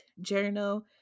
journal